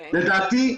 לדעתי,